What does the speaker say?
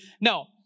Now